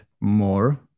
more